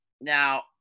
now